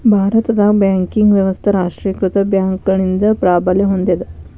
ಭಾರತದಾಗ ಬ್ಯಾಂಕಿಂಗ್ ವ್ಯವಸ್ಥಾ ರಾಷ್ಟ್ರೇಕೃತ ಬ್ಯಾಂಕ್ಗಳಿಂದ ಪ್ರಾಬಲ್ಯ ಹೊಂದೇದ